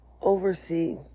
oversee